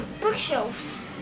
bookshelves